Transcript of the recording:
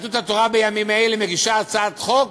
יהדות התורה בימים אלה מגישה הצעת חוק